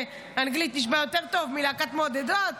באנגלית זה נשמע יותר טוב מלהקת מעודדות.